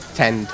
ten